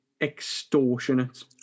extortionate